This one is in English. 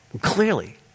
Clearly